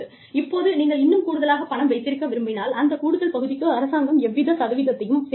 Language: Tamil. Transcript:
இப்போது நீங்கள் இன்னும் கூடுதலாகப் பணம் வைத்திருக்க விரும்பினால் அந்த கூடுதல் பகுதிக்கு அரசாங்கம் எவ்வித சதவீதத்தையும் சேர்க்காது